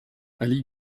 ali